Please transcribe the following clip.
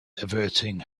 averting